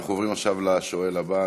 אנחנו עוברים עכשיו לשואל הבא,